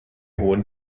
hohen